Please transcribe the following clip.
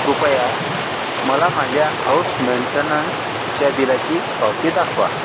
कृपया मला माझ्या हाउस मेंटेनन्सच्या बिलाची पावती दाखवा